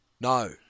No